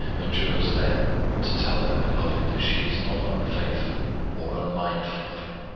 adjures them to tell her beloved that she is not unfaithful or unmindful of him.